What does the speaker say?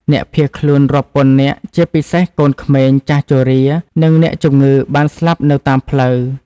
អ្នកភៀសខ្លួនរាប់ពាន់នាក់ ជាពិសេសកូនក្មេង ចាស់ជរា និងអ្នកជំងឺបានស្លាប់នៅតាមផ្លូវ។